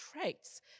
traits